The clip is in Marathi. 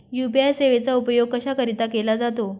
यू.पी.आय सेवेचा उपयोग कशाकरीता केला जातो?